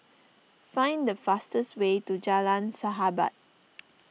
find the fastest way to Jalan Sahabat